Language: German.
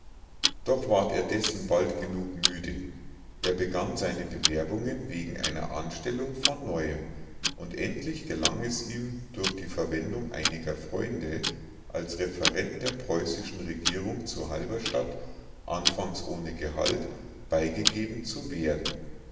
doch ward er dessen bald genug müde er begann seine bewerbungen wegen einer anstellung von neuem und endlich gelang es ihm durch die verwendung einiger freunde als referent der preußischen regierung zu halberstadt anfangs ohne gehalt beigegeben zu werden